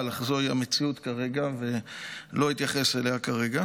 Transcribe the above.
אך זוהי המציאות כרגע ולא אתייחס אליה כרגע.